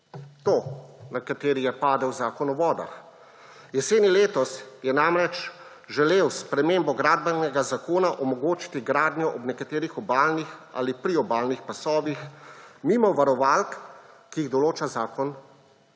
To, na kateri je padel Zakon o vodah. Jeseni letos je namreč želel s spremembo Gradbenega zakona omogočiti gradnjo ob nekaterih obalnih ali priobalnih pasovih mimo varovalk, ki jih določa Zakon o vodah.